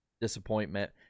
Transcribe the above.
disappointment